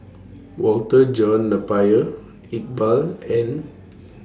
Walter John Napier Iqbal and